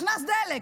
נכנס דלק.